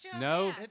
No